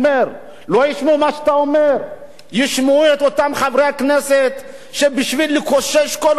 ישמעו את אותם חברי הכנסת שבשביל לקושש קולות בפריימריז של הליכוד ילכו,